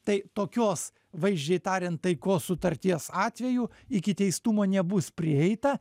tai tokios vaizdžiai tariant taikos sutarties atveju iki teistumo nebus prieita